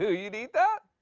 you'd eat that?